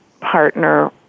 partner